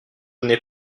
n’ai